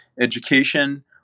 education